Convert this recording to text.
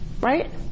right